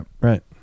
right